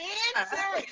answer